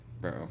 bro